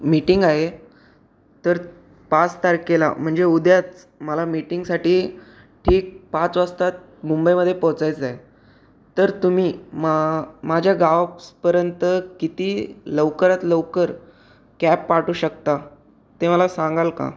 meeting आहे तर पाच तारखेला म्हणजे उद्याच मला मीटिंगसाठी ठीक पाच वाजता मुंबईमध्ये पोहचायचं आहे तर तुम्ही म माझ्या गावापर्यंत किती लवकरात लवकर कॅब पाठवू शकता ते मला सांगाल का